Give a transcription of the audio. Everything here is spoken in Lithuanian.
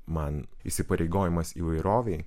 man įsipareigojimas įvairovei